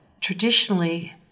traditionally